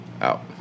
Out